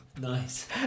Nice